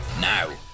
now